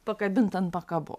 pakabint ant pakabos